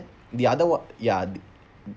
the other one ya